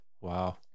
Wow